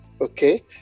Okay